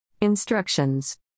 Instructions